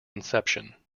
inception